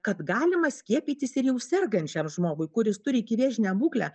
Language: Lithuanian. kad galima skiepytis ir jau sergančiam žmogui kuris turi ikivėžinę būklę